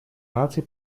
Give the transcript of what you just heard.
наций